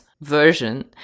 version